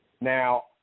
now